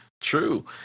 True